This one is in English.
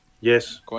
Yes